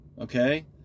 okay